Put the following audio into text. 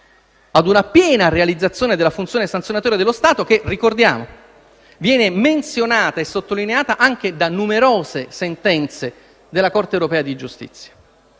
a una piena realizzazione della funzione sanzionatoria dello Stato, che - ricordiamo - viene menzionata e sottolineata anche da numerose sentenze della Corte europea di giustizia.